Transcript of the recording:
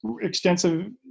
extensive